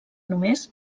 només